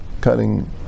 cutting